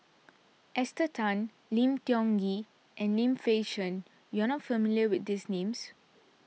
Esther Tan Lim Tiong Ghee and Lim Fei Shen you are not familiar with these names